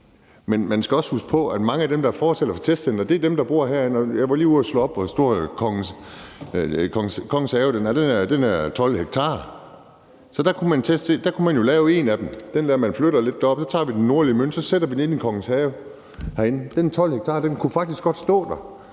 men man skal også huske på, at mange af dem, der er fortalere for testcentre, er dem, der bor herinde. Jeg var lige ude at slå op, hvor stor Kongens Have er, og den er 12 ha. Der kunne man jo lave et af dem. Man flytter lidt deroppe, og så tager vi den nordlige mølle og sætter den inde i Kongens Have. Den er 12 ha, så den kunne faktisk godt stå der.